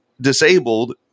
disabled